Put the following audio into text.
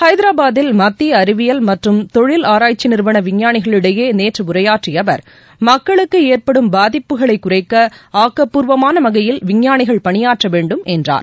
ஹைதராபாதில் மத்திய அறிவியல் மற்றும் தொழில் ஆராய்ச்சி நிறுவன விஞ்ஞாளிகளிடையே நேற்று உரையாற்றிய அவர் மக்களுக்கு ஏற்படும் பாதிப்புகளைக் குறைக்க ஆக்கப்பூர்வமான வகையில் விஞ்ஞானிகள் பணியாற்ற வேண்டும் என்றார்